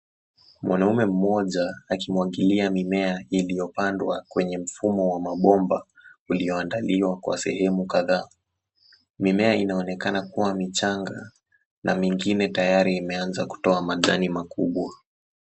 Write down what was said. Mwanaume mmoja akimwangilia mimea iliyopandwa kwenye mfumo wa mabomba ulioandaliwa kwa sehemu kadhaa, mimea inaonekana kuwa michanga na mingine tayari imeanza kutoa majani makubwa.